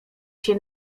się